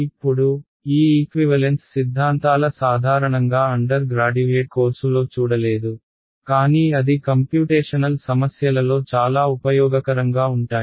ఇప్పుడు ఈ ఈక్వివలెన్స్ సిద్ధాంతాలు సాధారణంగా అండర్ గ్రాడ్యుయేట్ కోర్సులో చూడలేదు కానీ అది కంప్యూటేషనల్ సమస్యలలో చాలా ఉపయోగకరంగా ఉంటాయి